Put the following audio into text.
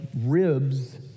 ribs